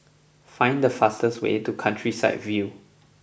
find the fastest way to Countryside View